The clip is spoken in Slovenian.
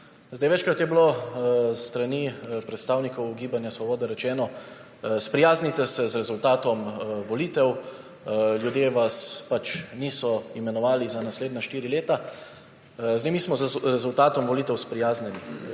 Večkrat je bilo s strani predstavnikov Gibanja Svoboda rečeno, sprijaznite se z rezultatom volitev, ljudje vas pač niso imenovali za naslednja štiri leta. Mi smo se z rezultatom volitev sprijaznili.